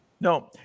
No